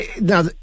Now